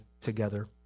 together